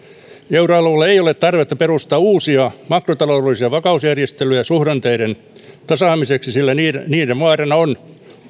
euroalueelle ei ole tarvetta perustaa uusia makrotaloudellisia vakausjärjestelyjä suhdanteiden tasaamiseksi sillä niiden vaarana on